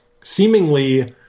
seemingly